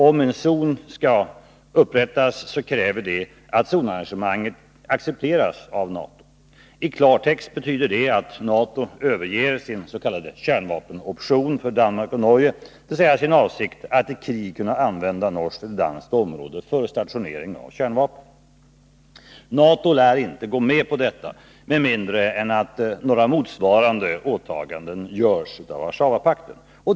Om en zon skall upprättas kräver det att zonarrangemanget accepteras av NATO. I klartext betyder det att NATO överger sin s.k. kärnvapenoption när det gäller Norge och Danmark, dvs. sin avsikt att i krig kunna använda norskt eller danskt område för stationering av kärnvapen. NATO lär inte gå med på detta, med mindre än att några motsvarande åtaganden görs av Warszawapakten.